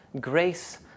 grace